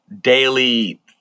daily